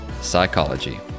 psychology